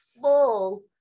full